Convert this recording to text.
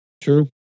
True